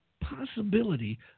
Possibility